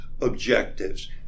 objectives